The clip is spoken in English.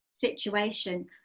situation